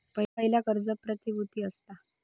पयला कर्ज प्रतिभुती असता